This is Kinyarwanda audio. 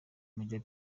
major